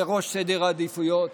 בראש סדר העדיפויות.